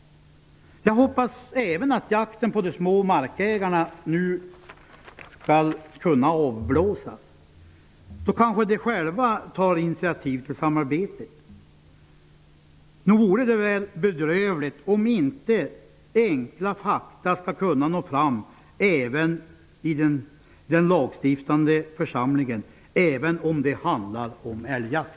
Jag hoppas även att jakten på dem som äger mindre marker nu skall avblåsas. Då kanske de själva tar initiativ till samarbete. Det vore väl bedrövligt om enkla fakta inte skulle kunna nå fram i den lagstiftande församlingen, även om det handlar om älgjakt.